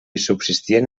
subsistien